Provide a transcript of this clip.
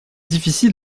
difficile